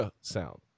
sound